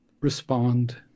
Respond